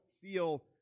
feel